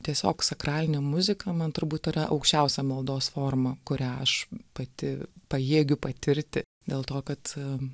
tiesiog sakralinė muzika man turbūt yra aukščiausia maldos forma kurią aš pati pajėgiu patirti dėl to kad